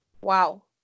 Wow